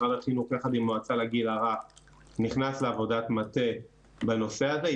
משרד החינוך יחד עם המועצה לגיל הרך נכנס לעבודת מטה בנושא הזה.